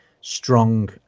strong